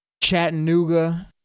chattanooga